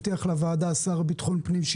אבל הבטיח לוועדה השר לביטחון פנים אם אני זוכר נכון,